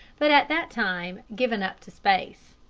but at that time given up to space.